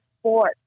sport